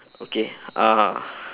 okay uh